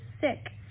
sick